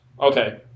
Okay